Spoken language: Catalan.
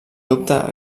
dubte